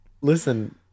listen